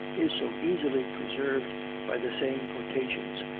is so easily preserved by the same potations,